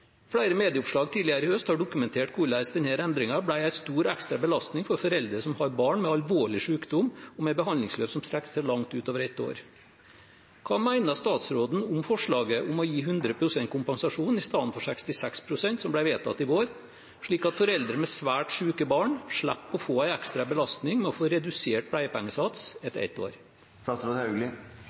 Flere medieoppslag tidligere i høst har dokumentert hvordan denne endringen ble en stor ekstra belastning for foreldre som har barn med alvorlig sykdom, og med behandlingsløp som strekker seg langt utover et år. Hva mener statsråden om forslaget om å gi 100 pst. kompensasjon istedenfor 66 pst., som ble vedtatt i vår, slik at foreldre med svært syke barn slipper å få en ekstra belastning med å få redusert pleiepengesats etter